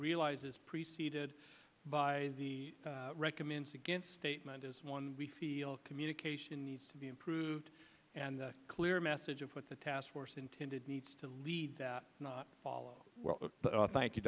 realize is preceded by the recommends against statement is one we feel communication needs to be improved and a clear message of what the task force intended needs to lead not follow but i thank you